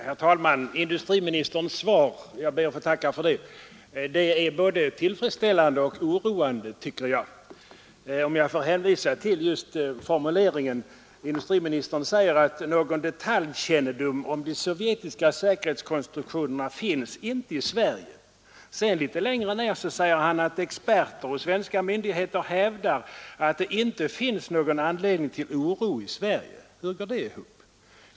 Herr talman! Industriministerns svar — jag ber att få tacka för det — är på en gång både tillfredsställande och oroande, vilket framgår av formuleringen. Industriministern säger först: ”Någon detaljkännedom om de sovjetiska säkerhetskonstruktionerna finns inte i Sverige, ———.” Litet senare säger han att ”experter hos de svenska myndigheter som övervakar kärnkraftens säkerhet hävdar att det inte finns någon anledning till oro i Sverige”. Hur går det ihop?